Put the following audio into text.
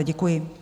Děkuji.